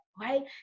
right